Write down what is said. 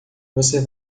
você